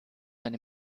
wenn